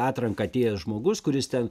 atranką atėjęs žmogus kuris ten